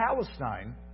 Palestine